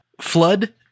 Flood